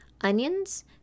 onions